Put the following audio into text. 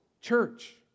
church